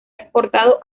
exportado